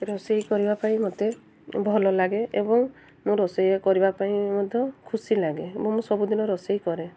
ରୋଷେଇ କରିବା ପାଇଁ ମୋତେ ଭଲ ଲାଗେ ଏବଂ ମୁଁ ରୋଷେଇ କରିବା ପାଇଁ ମଧ୍ୟ ଖୁସି ଲାଗେ ଏବଂ ମୁଁ ସବୁଦିନ ରୋଷେଇ କରେ